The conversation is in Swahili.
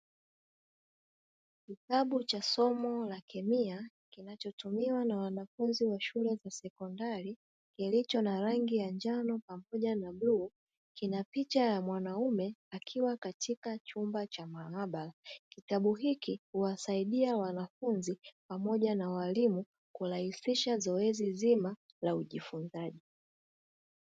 Kitabu cha somo la kemia, kinachotumiwa na wanafunzi wa shule za sekondari, kilicho na rangi ya njano pamoja na bluu, kina picha ya mwanaume akiwa katika chumba cha maabara. Kitabu hiki huwasaidia wanafunzi pamoja na walimu kurahisisha zoezi zima la ujifunzaji.